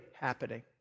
happening